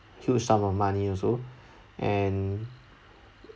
huge sum of money also and